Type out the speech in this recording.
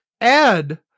Ed